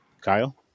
Kyle